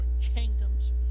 kingdoms